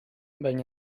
ben